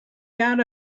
got